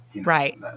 Right